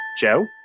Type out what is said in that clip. Joe